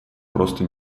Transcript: просто